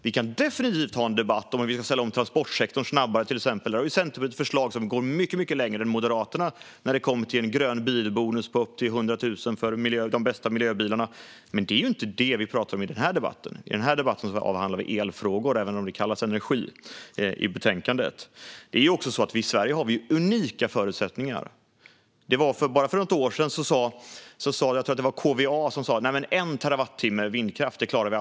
Vi kan definitivt ha en debatt om att vi till exempel kan ställa om snabbare - där har Centerpartiet förslag som går mycket längre än vad Moderaternas gör när det kommer till en grön bilbonus på upp till 100 000 kronor för de bästa miljöbilarna. Men det är inte det vi pratar om i den här debatten. I den här debatten avhandlar vi elfrågor, även om det kallas energi i betänkandet. I Sverige har vi unika förutsättningar. Bara för något år sedan sa KVA, tror jag att det var, att systemet aldrig skulle klara 1 terawattimme vindkraft. Det passerade vi.